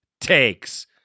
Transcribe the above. takes